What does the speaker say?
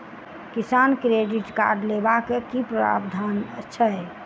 किसान credit card लेबाक की प्रावधान छै?